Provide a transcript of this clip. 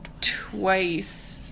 Twice